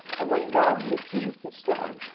and when god had appeased the storm,